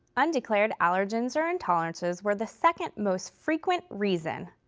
undeclared allergens or intolerances were the second most frequent reason.